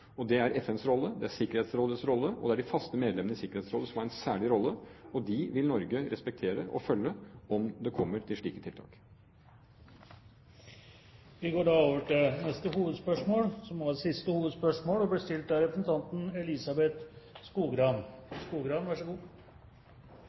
Det er FNs rolle, det er Sikkerhetsrådets rolle, og det er de faste medlemmene i Sikkerhetsrådet som har en særlig rolle. Norge vil respektere og følge dem om det kommer til slike tiltak. Vi går videre til neste, og siste, hovedspørsmål. Jeg har et spørsmål til justisminister Knut Storberget. Juryordningen har vært diskutert helt siden den ble